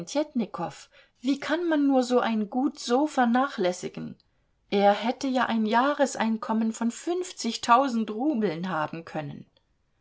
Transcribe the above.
wie kann man nur so ein gut so vernachlässigen er hätte ja ein jahreseinkommen von fünfzigtausend rubeln haben können